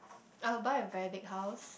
I will buy a very big house